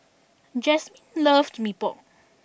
Jasmin loves Mee Pok